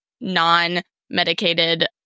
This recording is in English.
non-medicated